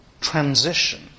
transition